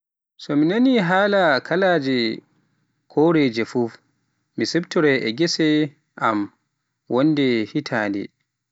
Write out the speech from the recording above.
So mi nani haala kaalaje koreje fuf, mi siftoroya e ghessa am wonde hitande.